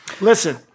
Listen